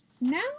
Now